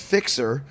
Fixer